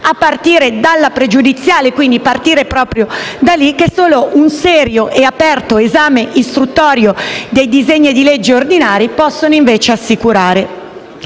a partire dalla pregiudiziale, che solo un serio e aperto esame istruttorio dei disegni di legge ordinari possono invece assicurare.